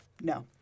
No